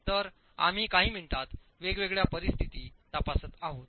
तर आम्ही काही मिनिटांत वेगवेगळ्या परिस्थिती तपासत आहोत